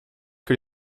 que